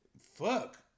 fuck